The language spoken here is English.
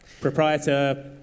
Proprietor